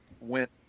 went